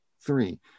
three